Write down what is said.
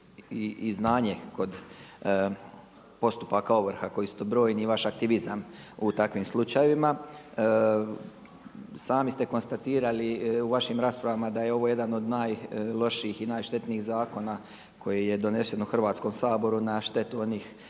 i znanje kod postupaka ovrha koji su brojni i vaš aktivizam u takvim slučajevima. Sami ste konstatirali u vašim raspravama da je ovo jedan od najlošijih i najštetnijih zakona koji je donesen u Hrvatskom saboru na štetu onih